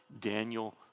Daniel